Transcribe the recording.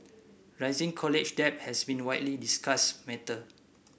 rising college debt has been a widely discussed matter